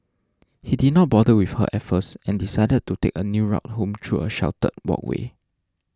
he did not bother with her at first and decided to take a new route home through a sheltered walkway